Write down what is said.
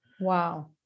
Wow